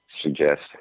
suggest